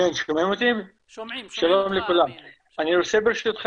מגורים --- אמין, מה זה תב"עות?